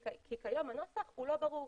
כי כיום הנוסח הוא לא ברור.